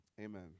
Amen